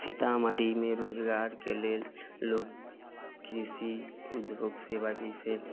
सीतामढ़ीमे रोजगारके लेल लोक कृषि उद्योग सेवा जाहिसे